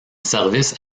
service